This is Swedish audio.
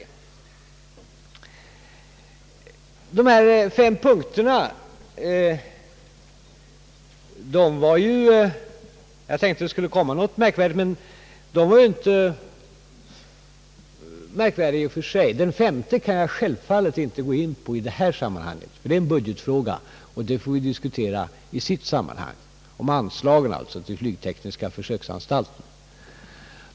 När herr Ahlmark lade fram de fem punkterna, tänkte jag att det skulle komma något märkvärdigt, men punkterna är inte märkvärdiga i och för sig. Den femte punkten kan jag självfallet inte gå in på i detta sammanhang, eftersom det är en budgetfråga som får diskuteras i sitt sammanhang, d. v. s. anslagen till flygtekniska försöksanstalten.